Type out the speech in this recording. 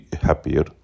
happier